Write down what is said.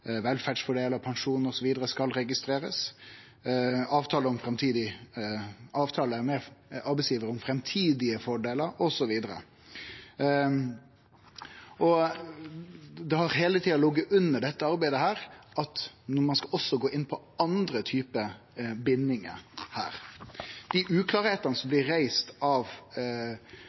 velferdsfordelar, pensjon osv., skal registrerast. Det same gjeld avtalar med arbeidsgivarar om framtidige fordelar osv. Det har heile tida lege under dette arbeidet at ein også skal gå inn på andre typar bindingar her. Dei uklarheitene som blir nemnde av